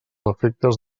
efectes